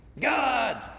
God